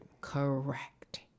Correct